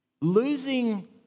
losing